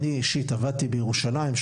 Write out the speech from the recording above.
אני אישית עבדתי בירושלים,